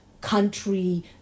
country